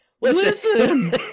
Listen